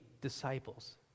disciples